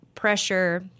pressure